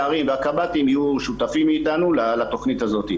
הערים והקב"טים יהיו שותפים אתנו לתוכנית הזאת,